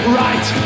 right